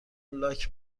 لاک